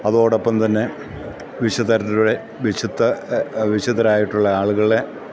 അതോടൊപ്പം തന്നെ വിശുദ്ധരായിട്ടുള്ള ആളുകളെ